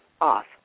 off